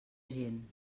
gent